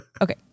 Okay